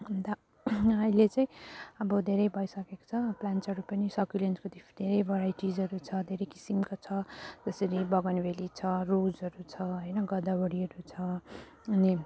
अन्त अहिले चाहिँ अब धेरै भइसकेको छ प्लान्टसहरू पनि धेरै भेराइटिजहरू छ धेरै किसिमको छ त्यसरी बोगेनवेलिया छ रोजहरू छ होइन गदावरीहरू छ अनि